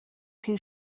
پیر